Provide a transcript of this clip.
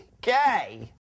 Gay